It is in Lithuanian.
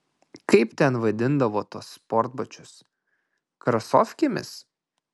kaip ten vadindavo tuos sportbačius krasofkėmis